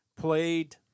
played